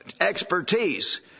expertise